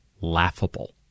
laughable